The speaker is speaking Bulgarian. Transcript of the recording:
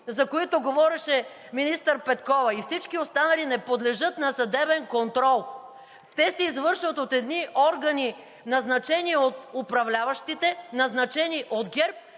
за които говореше министър Петкова, и всички останали, не подлежат на съдебен контрол. Те се извършват от едни органи, назначени от управляващите, назначени от ГЕРБ,